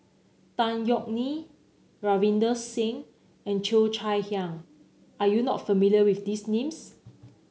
Tan Yeok Nee Ravinder Singh and Cheo Chai Hiang are you not familiar with these names